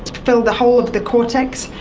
fill the whole of the cortex,